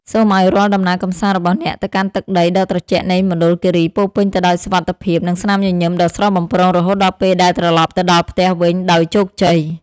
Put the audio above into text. សូមឱ្យរាល់ដំណើរកម្សាន្តរបស់អ្នកទៅកាន់ទឹកដីដ៏ត្រជាក់នៃមណ្ឌលគីរីពោរពេញទៅដោយសុវត្ថិភាព និង ស្នាមញញឹមដ៏ស្រស់បំព្រងរហូតដល់ពេលដែលត្រឡប់ទៅដល់ផ្ទះវិញដោយជោគជ័យ។